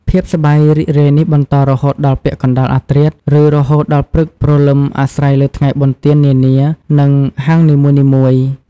ភាពសប្បាយរីករាយនេះបន្តរហូតដល់ពាក់កណ្ដាលអាធ្រាត្រ ឬរហូតដល់ព្រឹកព្រលឹមអាស្រ័យលើថ្ងៃបុណ្យទាននានា និងហាងនីមួយៗ។